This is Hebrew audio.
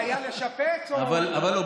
זה היה לשפץ או, אבל לא.